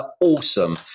awesome